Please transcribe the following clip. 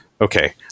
okay